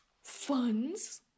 Funds